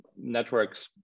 networks